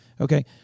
Okay